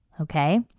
Okay